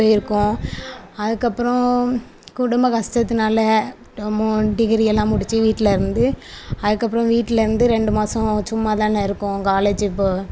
போயிருக்கோம் அதுக்கப்பறம் குடும்ப கஷ்டத்துனால் டொமான் டிகிரி எல்லாம் முடிச்சு வீட்டில இருந்து அதுக்கப்புறம் வீட்டில வந்து ரெண்டு மாசம் சும்மா தானே இருக்கோம் காலேஜ்ஜி போ